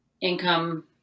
income